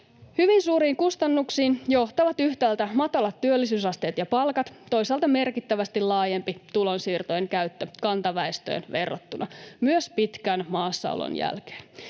Hyvin suuriin kustannuksiin johtavat yhtäältä matalat työllisyysasteet ja palkat, toisaalta merkittävästi laajempi tulonsiirtojen käyttö kantaväestöön verrattuna myös pitkän maassaolon jälkeen.